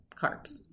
carbs